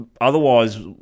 otherwise